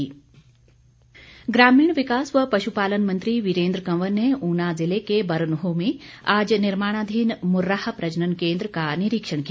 वीरेन्द्र कंवर ग्रामीण विकास व पशुपालन मंत्री वीरेन्द्र कंवर ने ऊना ज़िले के बरनोह में आज निर्माणाधीन मुर्राह प्रजनन केन्द्र का निरीक्षण किया